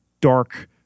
dark